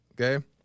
okay